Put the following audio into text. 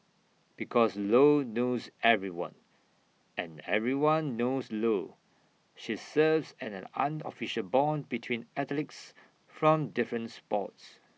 because lo knows everyone and everyone knows lo she serves as an unofficial Bond between athletes from different sports